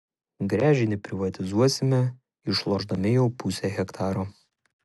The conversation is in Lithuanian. gręžinį privatizuosime išlošdami jau pusę hektaro